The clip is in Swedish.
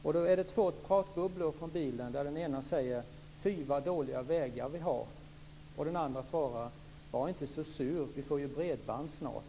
Det är två pratbubblor från bilen där den ena säger: Fy vad dåliga vägar vi har. Den andra svarar: Var inte så sur, vi får ju bredband snart.